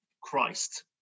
Christ